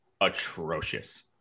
atrocious